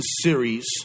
series